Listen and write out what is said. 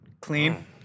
Clean